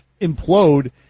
implode